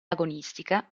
agonistica